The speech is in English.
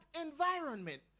environment